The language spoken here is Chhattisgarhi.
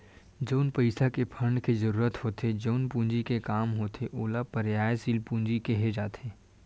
जउन पइसा के फंड के जरुरत होथे जउन पूंजी के काम होथे ओला कार्यसील पूंजी केहे जाथे